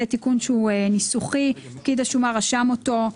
זה תיקון שהוא ניסוחי פקיד השומה רשם אותו.